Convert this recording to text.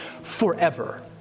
forever